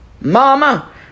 Mama